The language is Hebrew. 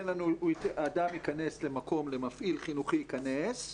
האדם ייכנס למקום, למפעיל חינוכי, הוא ייכנס,